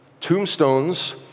Tombstones